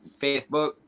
Facebook